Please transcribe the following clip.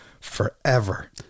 forever